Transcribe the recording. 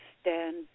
stand